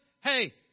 hey